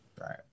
Right